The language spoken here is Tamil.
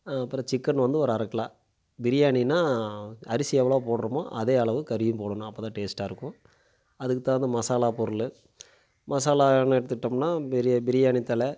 அப்றம் சிக்கன் வந்து ஒரு அரை கிலோ பிரியாணின்னா அரிசி எவ்வளோ போட்றோமோ அதே அளவு கறியும் போடணும் அப்போ தான் டேஸ்ட்டாக இருக்கும் அதுக்கு தகுந்த மசாலா பொருள் மசாலான்னு எடுத்துகிட்டோம்னா பிரியாணி தழை